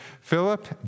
Philip